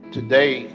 Today